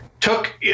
took